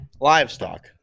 Livestock